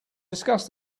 discuss